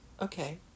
Okay